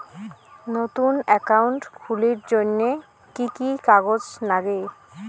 নতুন একাউন্ট খুলির জন্যে কি কি কাগজ নাগে?